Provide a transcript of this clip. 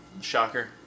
shocker